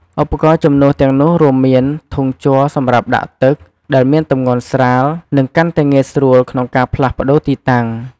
ឧបករណ៍ជំនួសទាំងនោះរួមមានធុងជ័រសម្រាប់ដាក់ទឹក ដែលមានទម្ងន់ស្រាល និងកាន់តែងាយស្រួលក្នុងការផ្លាស់ប្ដូរទីតាំង។